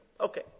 Okay